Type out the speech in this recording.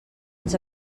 ens